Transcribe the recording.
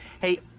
hey